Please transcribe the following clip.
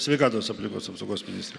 sveikatos aplinkos apsaugos ministre